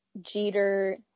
Jeter